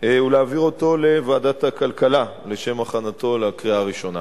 ולהעביר אותו לוועדת הכלכלה לשם הכנתו לקריאה הראשונה.